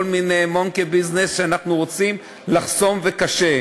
מיני monkey business שאנחנו רוצים לחסום וקשה.